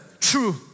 true